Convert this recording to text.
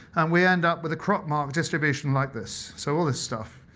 we end up with a crop mark distribution like this. so all this stuff.